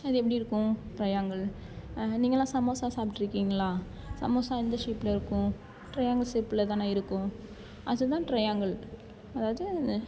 அது எப்படி இருக்கும் ட்ரையாங்கில் நீங்கலாம் சமோசா சாப்பிட்ருக்கீங்களா சமோசா எந்த ஷேப்பில் இருக்கும் ட்ரையாங்கில் ஷேப்பில் தான இருக்கும் அது தான் ட்ரையாங்கில் அதாவது